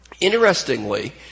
Interestingly